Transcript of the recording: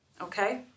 okay